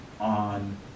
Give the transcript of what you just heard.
on